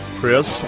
Chris